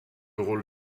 rôle